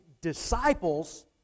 disciples